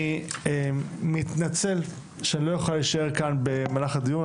אני מתנצל שאני לא אוכל להישאר כאן במהלך הדיון,